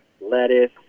lettuce